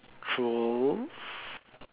true